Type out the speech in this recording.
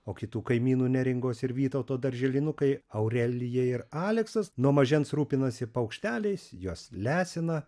o kitų kaimynų neringos ir vytauto darželinukai aurelija ir aleksas nuo mažens rūpinasi paukšteliais juos lesina